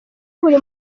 buri